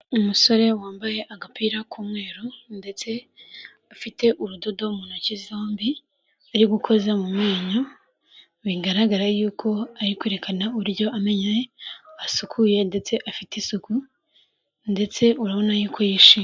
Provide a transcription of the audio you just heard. Umusore wambaye agapira k'umweru ndetse afite urudodo mu ntoki zombi, ari gukoza mu menyo, bigaragara yuko ari kwerekana uburyo amenyo ye asukuye ndetse afite isuku, ndetse urabona yuko yishimye.